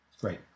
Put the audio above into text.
Great